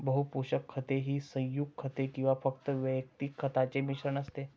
बहु पोषक खते ही संयुग खते किंवा फक्त वैयक्तिक खतांचे मिश्रण असते